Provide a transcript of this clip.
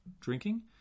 drinking